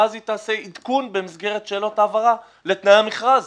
ואז היא תעשה עדכון במסגרת שאלות ההבהרה לתנאי המכרז.